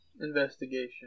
Investigation